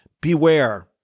beware